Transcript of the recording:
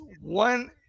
one –